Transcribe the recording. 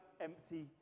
empty